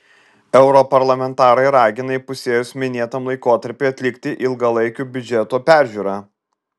europarlamentarai ragina įpusėjus minėtam laikotarpiui atlikti ilgalaikio biudžeto peržiūrą